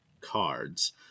cards